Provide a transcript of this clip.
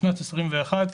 שנת 2021,